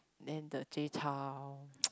and the Jay-Chou